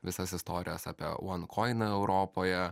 visas istorijas apie vuokoiną europoje